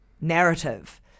narrative